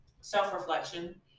self-reflection